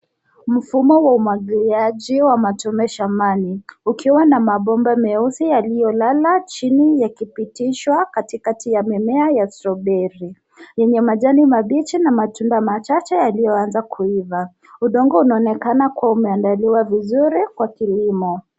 Mfumo wa umwagiliaji wa matone shambani ukiwa na mabomba meusi yaliyolala chini yakipitishwa katikati ya mimea ya strawberry yenye majani mabichi na matunda machache yaliyoanza kuiva. Udongo unaonekana kuwa umeandaliwa vizuri kwa kilimo.